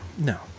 No